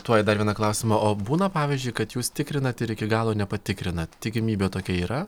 tuoj dar vieną klausimą o būna pavyzdžiui kad jūs tikrinat ir iki galo nepatikrinat tikimybė tokia yra